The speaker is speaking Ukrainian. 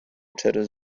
через